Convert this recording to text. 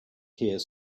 here